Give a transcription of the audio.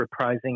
reprising